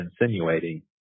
insinuating